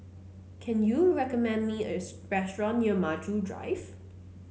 can you recommend me a special restaurant near Maju Drive